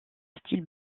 style